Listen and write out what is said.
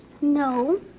No